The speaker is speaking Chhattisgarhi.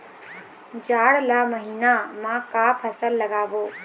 जाड़ ला महीना म का फसल लगाबो?